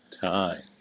time